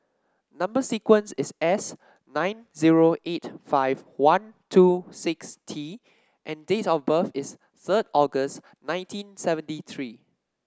number sequence is S nine zero eight five one two six T and date of birth is third August nineteen seventy three